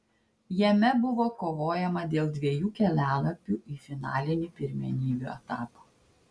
jame buvo kovojama dėl dviejų kelialapių į finalinį pirmenybių etapą